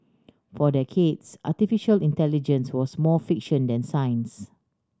for decades artificial intelligence was more fiction than science